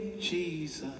Jesus